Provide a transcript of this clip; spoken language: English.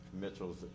Mitchells